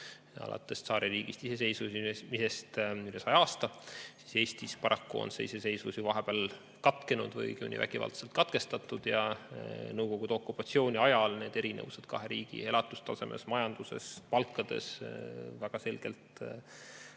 alates tsaaririigist ja iseseisvumisest üle saja aasta. Eestis paraku on see iseseisvus vahepeal katkenud või õigemini vägivaldselt katkestatud. Nõukogude okupatsiooni ajal need erinevused kahe riigi elatustasemes, majanduses ja palkades väga selgelt